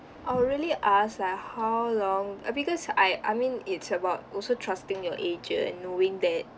I would really ask like how long uh because I I mean it's about also trusting your agent knowing that